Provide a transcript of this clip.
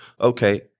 okay